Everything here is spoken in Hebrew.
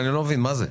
אני לא מבין, מה זה?